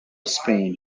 spain